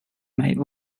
mig